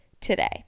today